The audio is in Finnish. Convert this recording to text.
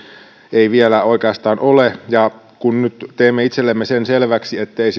ei vielä oikeastaan ole ja nyt on tehtävä itsellemme selväksi ettei